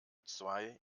zwei